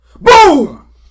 Boom